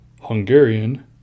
Hungarian